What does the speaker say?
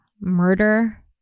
murder